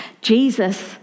Jesus